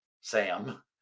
Sam